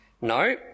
No